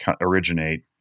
originate